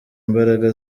imbaraga